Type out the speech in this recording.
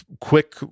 quick